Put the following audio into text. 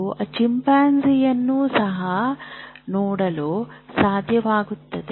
ನೀವು ಚಿಂಪಾಂಜಿಯನ್ನು ಸಹ ನೋಡಲು ಸಾಧ್ಯವಾಗುತ್ತದೆ